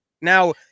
Now